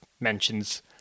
mentions